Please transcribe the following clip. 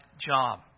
job